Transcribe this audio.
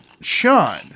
Sean